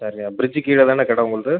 சரிண்ணே பிரிட்ஜு கீழே தானே கடை உங்களுது